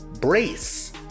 Brace